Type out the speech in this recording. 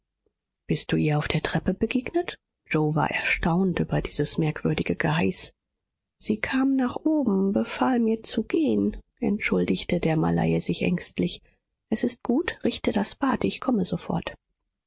bist du ihr auf der treppe begegnet yoe war erstaunt über dieses merkwürdige geheiß sie kam nach oben befahl mir zu gehen entschuldigte der malaie sich ängstlich es ist gut richte das bad ich komme sofort